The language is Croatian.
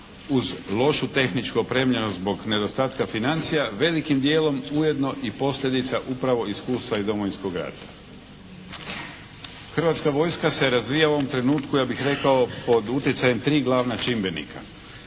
uz lošu tehničku opremljenost zbog nedostatka financija velikim dijelom ujedno i posljedica upravo iskustva i Domovinskog rata. Hrvatska vojska se razvija u ovom trenutku ja bih rekao pod utjecajem tri glavna čimbenika.